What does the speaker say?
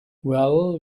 well